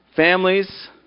families